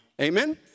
Amen